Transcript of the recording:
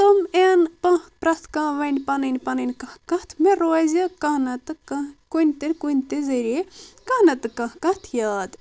تِم یِن پہ پرٮ۪تھ کانٛہہ ونہِ پننۍ پننۍ کانٛہہ کتھ مےٚ روزِ کانٛہہ نتہٕ کانٛہہ کُنہِ تہِ کُنہِ تہِ ذٔریعہٕ کانٛہہ نتہٕ کانٛہہ کتھ یاد